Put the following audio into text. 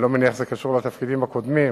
אני לא מניח שזה קשור לתפקידים הקודמים,